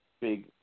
big